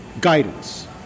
guidance